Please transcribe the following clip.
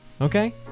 okay